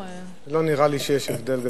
אל תתאמץ, לא נראה לי שיש הבדל גדול.